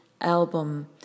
album